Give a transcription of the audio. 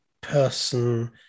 person